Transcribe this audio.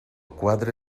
quadre